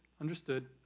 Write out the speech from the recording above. understood